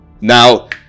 Now